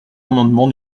amendement